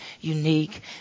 unique